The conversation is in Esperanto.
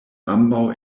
ambaŭ